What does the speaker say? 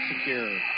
secure